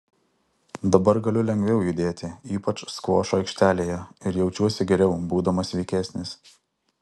dabar galiu lengviau judėti ypač skvošo aikštelėje ir jaučiuosi geriau būdamas sveikesnis